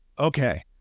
Okay